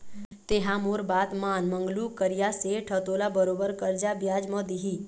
तेंहा मोर बात मान मंगलू करिया सेठ ह तोला बरोबर करजा बियाज म दिही